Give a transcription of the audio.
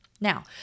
Now